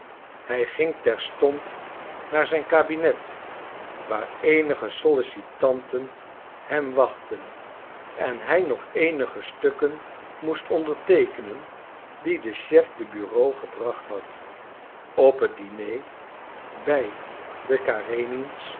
hij ging terstond naar zijn kabinet waar eenige sollicitanten hem wachtten en hij nog eenige stukken moest onderteekenen die de chef de bureau gebracht had op het diner bij de